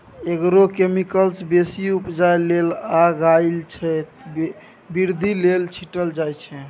agrochemicals बेसी उपजा लेल आ गाछक बृद्धि लेल छीटल जाइ छै